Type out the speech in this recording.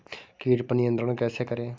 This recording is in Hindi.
कीट पर नियंत्रण कैसे करें?